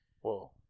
Whoa